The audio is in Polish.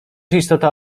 istota